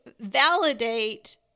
validate